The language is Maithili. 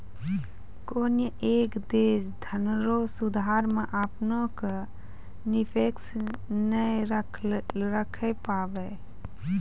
कोनय एक देश धनरो सुधार मे अपना क निष्पक्ष नाय राखै पाबै